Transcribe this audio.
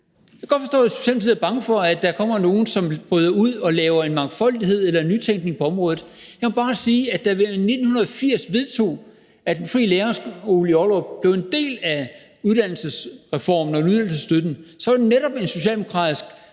Jeg kan godt forstå, at Socialdemokratiet er bange for, at der kommer nogen, der bryder ud og laver mangfoldighed og nytænkning på området. Jeg må bare sige, at da vi i 1980 vedtog, at Den Frie Lærerskole i Ollerup blev en del af uddannelsesreformen og ydelsesstøtten, så var det netop en socialdemokratisk